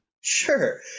Sure